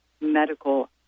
medical